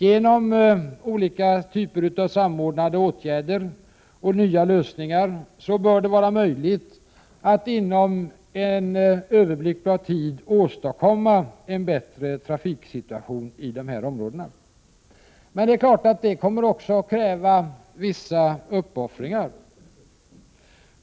Genom olika typer av samordnade åtgärder och nya lösningar bör det vara möjligt att inom en överblickbar tid åstadkomma en bättre trafiksituation i de här områdena. Men det är klart att detta också kommer att kräva vissa uppoffringar.